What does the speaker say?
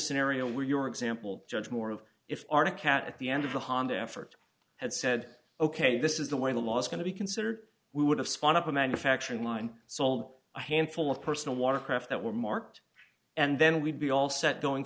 scenario where your example judge moore of if arctic at the end of the honda effort had said ok this is the way the law is going to be considered we would have spun up a manufacturing line sold a handful of personal watercraft that were marked and then we'd be all set going